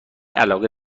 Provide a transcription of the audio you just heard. علاقه